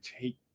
take